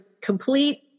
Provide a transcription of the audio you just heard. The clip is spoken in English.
complete